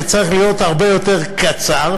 הוא צריך להיות הרבה יותר קצר,